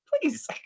Please